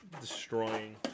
destroying